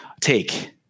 take